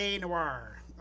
noir